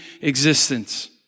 existence